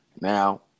now